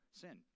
sin